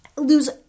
lose